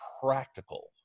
practical